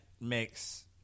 makes